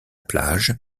plage